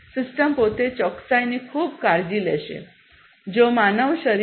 system પોતે ચોકસાઈની ખૂબ કાળજી લેશે જો માનવ શરીર